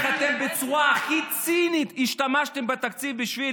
איך אתם בצורה הכי צינית השתמשתם בתקציב בשביל